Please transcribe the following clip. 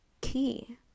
key